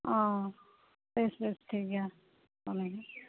ᱚᱻ ᱵᱮᱥ ᱵᱮᱥ ᱴᱷᱤᱠ ᱜᱮᱭᱟ ᱯᱷᱳᱱ ᱟᱹᱧ ᱱᱟᱦᱟᱜ